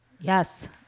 Yes